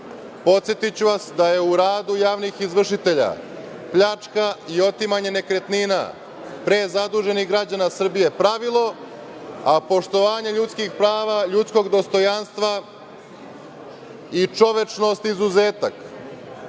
Srbije. Podsetiću vas da je u radu javnih izvršitelja pljačka i otimanje nekretnina prezaduženih građana Srbije pravilo, a poštovanje ljudskih prava, ljudskog dostojanstva i čovečnosti izuzetak.